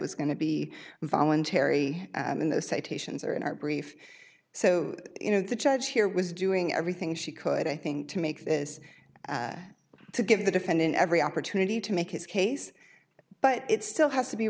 was going to be voluntary in the citations or in our brief so you know the judge here was doing everything she could i think to make this to give the defendant every opportunity to make his case but it still has to be